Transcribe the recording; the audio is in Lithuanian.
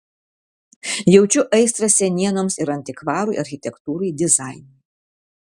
jaučiu aistrą senienoms ir antikvarui architektūrai dizainui